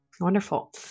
Wonderful